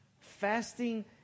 Fasting